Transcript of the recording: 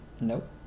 Nope